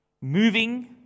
moving